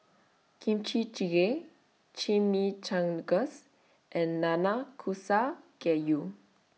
Kimchi Jjigae Chimichangas and Nanakusa Gayu